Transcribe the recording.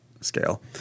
scale